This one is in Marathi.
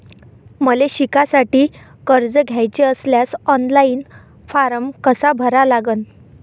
मले शिकासाठी कर्ज घ्याचे असल्यास ऑनलाईन फारम कसा भरा लागन?